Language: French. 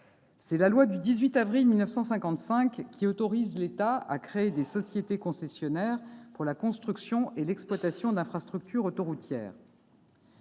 C'est la loi du 18 avril 1955 qui a autorisé l'État à créer des sociétés concessionnaires pour la construction et l'exploitation d'infrastructures autoroutières.